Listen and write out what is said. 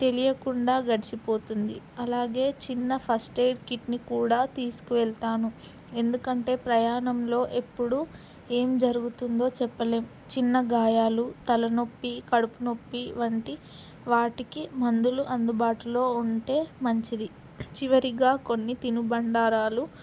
తెలియకుండా గడిచిపోతుంది అలాగే చిన్న ఫస్ట్ ఎయిడ్ కిట్ని కూడా తీసుకువెళ్తాను ఎందుకంటే ప్రయాణంలో ఎప్పుడూ ఏమి జరుగుతుందో చెప్పలేము చిన్న గాయాలు తలనొప్పి కడుపునొప్పి వంటి వాటికి మందులు అందుబాటులో ఉంటే మంచిది చివరిగా కొన్ని తినుబండారాలు